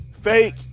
fake